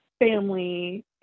family